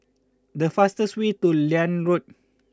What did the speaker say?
the fastest way to Liane Road